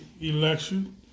election